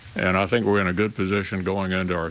and i think we're in a good position going and